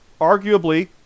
arguably